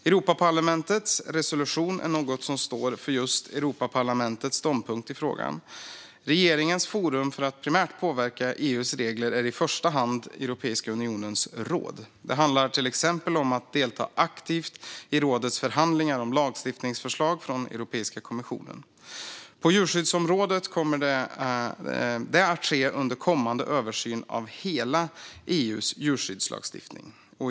Europaparlamentets resolution är något som står för just Europaparlamentets ståndpunkt i frågan. Regeringens forum för att primärt påverka EU:s regler är i första hand Europeiska unionens råd. Det handlar till exempel om att delta aktivt i rådets förhandlingar om lagstiftningsförslag från Europeiska kommissionen. På djurskyddsområdet kommer det att ske under den kommande översynen av hela EU:s djurskyddslagstiftning.